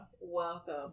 welcome